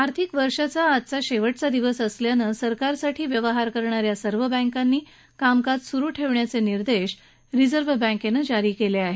आर्थिक वर्षाचा शेवटचा दिवस असल्याने सरकारसाठी व्यवहार करणाऱ्या सर्व बँकानी आज कामकाज सुरू ठेवण्याचे निर्देश रिझर्व बैंकेनं जारी केले आहेत